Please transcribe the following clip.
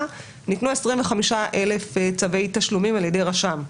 ניתנו 25,000 צווי תשלומים על ידי רשם.